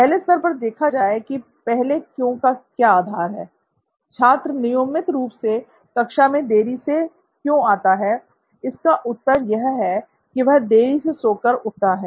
पहले स्तर पर पर देखा जाए कि पहले "क्यों" का क्या आधार है छात्र नियमित रूप से कक्षा में देरी से क्यों आता है इसका उत्तर यह है कि वह देरी से सो कर उठता है